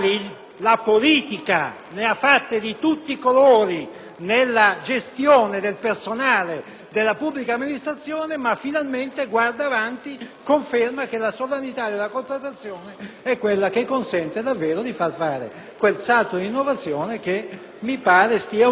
nella gestione del personale della pubblica amministrazione, ma finalmente guarda avanti e conferma che la sovranità della contrattazione è quella che consente davvero di fare quel salto di innovazione che mi pare stia emergendo dal testo che stiamo discutendo.